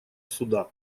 суда